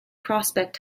prospect